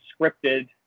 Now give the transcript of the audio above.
scripted